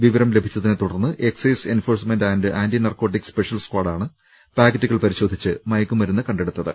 വിവരം ലഭിച്ചതിനെ തുടർന്ന് excise enforcement and anti narcotic special സ്കാഡാണ് പാക്കറ്റുകൾ പരിശോധിച്ച് മയക്കുമരുന്ന് കണ്ടെടുത്തത്